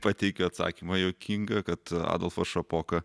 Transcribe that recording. pateikiu atsakymą juokingą kad adolfas šapoka